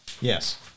Yes